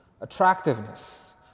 Attractiveness